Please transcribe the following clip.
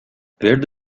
ورد